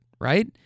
right